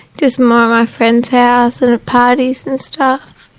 just more of my friend's house and of parties and stuff.